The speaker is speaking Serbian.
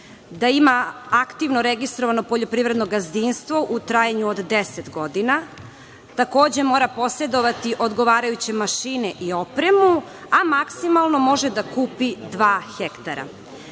da ima aktivno registrovano poljoprivredno gazdinstvo u trajanju od 10 godina. Takođe, mora posedovati odgovarajuće mašine i opremu, a maksimalno može da kupi dva hektara.